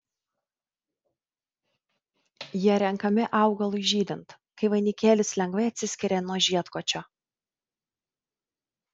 jie renkami augalui žydint kai vainikėlis lengvai atsiskiria nuo žiedkočio